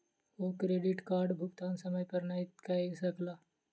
ओ credit कार्डक भुगतान समय पर नै कय सकला